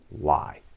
lie